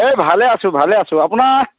এই ভালে আছোঁ ভালে আছোঁ আপোনাৰ